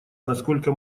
насколько